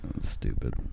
Stupid